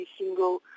single